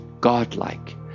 godlike